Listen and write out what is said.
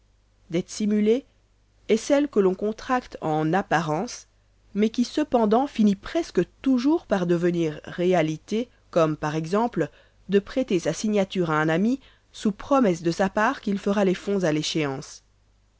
dette simulée est celle que l'on contracte en apparence mais qui cependant finit presque toujours par devenir réalité comme par exemple de prêter sa signature à un ami sous promesse de sa part qu'il fera les fonds à l'échéance